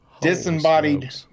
disembodied